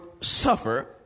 suffer